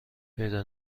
پیدا